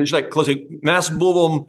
žiūrėk klausyk mes buvom